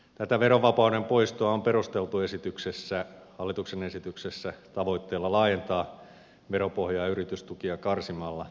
tätä verovapauden poistoa on perusteltu hallituksen esityksessä tavoitteella laajentaa veropohjaa yritystukia karsimalla